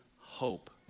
hope